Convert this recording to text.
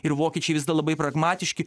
ir vokiečiai visada labai pragmatiški